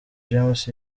james